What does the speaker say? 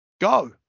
go